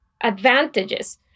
advantages